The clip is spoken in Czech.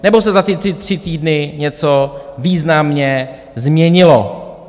Nebo se za ty tři týdny něco významně změnilo?